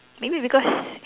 maybe because